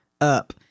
up